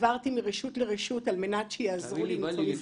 עברתי מרשות לרשות על מנת שיעזרו לי.